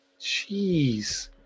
Jeez